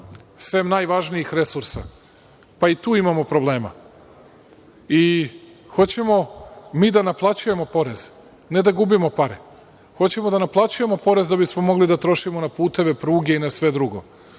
sem najvažnijih resursa, pa i tu imamo problema. Hoćemo mi da naplaćujemo porez, ne da gubimo pare. Hoćemo da naplaćujemo porez da bismo mogli da trošimo na puteve, pruge i na sve drugo.